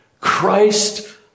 Christ